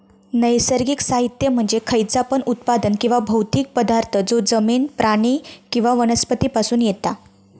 नैसर्गिक साहित्य म्हणजे खयचा पण उत्पादन किंवा भौतिक पदार्थ जो जमिन, प्राणी किंवा वनस्पती पासून येता